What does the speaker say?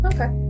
Okay